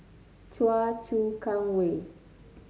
Choa Chu Kang Way